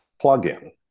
plug-in